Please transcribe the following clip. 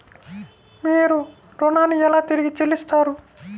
మీరు ఋణాన్ని ఎలా తిరిగి చెల్లిస్తారు?